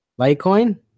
Litecoin